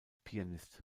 pianist